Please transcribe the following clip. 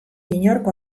inork